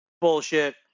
bullshit